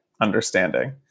understanding